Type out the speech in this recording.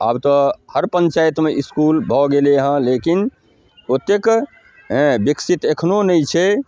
आब तऽ हर पञ्चायतमे इसकुल भऽ गेलै हँ लेकिन एतेक बिकसित एखनो नहि छै